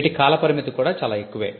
వీటి కాల పరిమితి కూడా చాలా ఎక్కువే